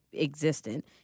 existent